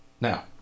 Now